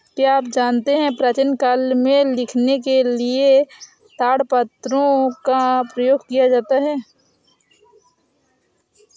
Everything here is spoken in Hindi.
क्या आप जानते है प्राचीन काल में लिखने के लिए ताड़पत्रों का प्रयोग किया जाता था?